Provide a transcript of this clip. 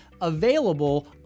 available